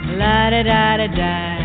la-da-da-da-da